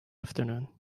afternoon